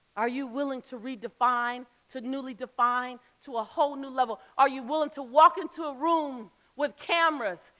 are you willing to redefine, to newly define to a whole new level? are you willing to walk into a room with cameras,